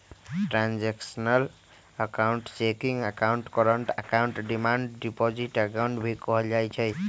transactional account checking account, current account, demand deposit account भी कहल जाहई